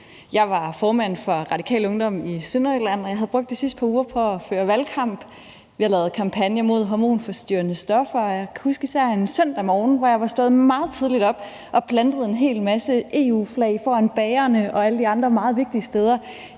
Jeg var formand for Radikal Ungdom i Sønderjylland, og jeg havde brugt de sidste par uger på at føre valgkamp. Vi havde lavet kampagne imod hormonforstyrrende stoffer, og jeg husker især en søndag morgen, hvor jeg var stået meget tidligt op og havde plantet en hel masse EU-flag foran bagerne og alle de andre meget vigtige steder